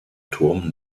turm